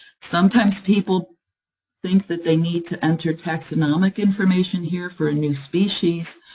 sometimes, people think that they need to enter taxonomic information here for a new species,